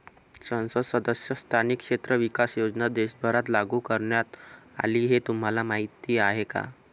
संसद सदस्य स्थानिक क्षेत्र विकास योजना देशभरात लागू करण्यात आली हे तुम्हाला माहीत आहे का?